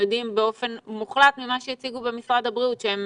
יודעים באופן מוחלט ממה שהציגו במשרד הבריאות שהם